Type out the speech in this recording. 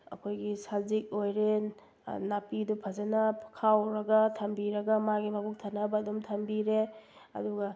ꯑꯩꯈꯣꯏꯒꯤ ꯁꯖꯤꯛ ꯑꯣꯏꯔꯦ ꯅꯥꯄꯤꯗꯨ ꯐꯖꯅ ꯈꯥꯎꯔꯒ ꯊꯝꯕꯤꯔꯒ ꯃꯥꯒꯤ ꯃꯕꯨꯛ ꯊꯟꯅꯕ ꯑꯗꯨꯝ ꯊꯝꯕꯤꯔꯦ ꯑꯗꯨꯒ